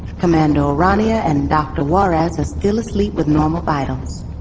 commander o'rania and doctor juarez are still asleep with normal vitals.